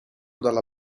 dalla